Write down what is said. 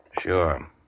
Sure